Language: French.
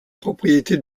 propriété